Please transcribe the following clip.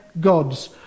gods